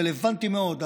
רלוונטי מאוד,